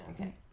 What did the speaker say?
okay